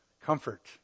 comfort